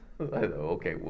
Okay